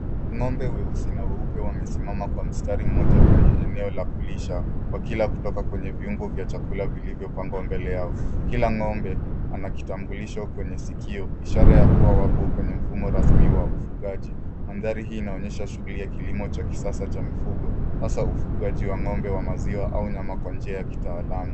Ng'ombe weusi na weupe wamesimama kwa mstari moja kwenye eneo la kulisha wakila kutoka kwenye viungo vya chakula vilivyopangwa mbele yao. Kila ngombe ana kitambulisho kwenye sikio ishara ya kuwa wako kwenye mfumo rasi wa ufugaji. Mandhari hii inaonyesha shuguli ya kilimo cha kisasa cha mfugo, hasaa ufugaji wa ng'ombe wa maziwa au nyama kwa njia ya kitaalamu.